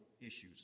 issues